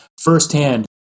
firsthand